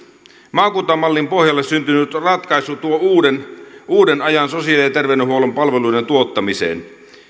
maakuntamallin pohjalle syntynyt ratkaisu tuo uuden uuden ajan sosiaali ja terveydenhuollon palveluiden tuottamiseen